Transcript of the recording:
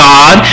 God